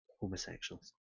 homosexuals